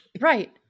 Right